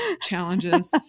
challenges